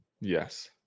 Yes